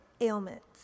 ailments